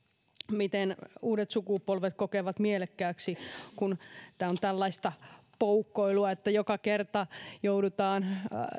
miten uudet sukupolvet kokevat mielekkääksi kun tämä on tällaista poukkoilua että joka kerta joudutaan